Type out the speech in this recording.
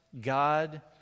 God